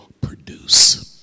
produce